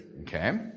Okay